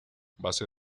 base